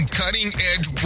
cutting-edge